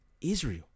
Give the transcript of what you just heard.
israel